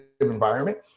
environment